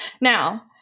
Now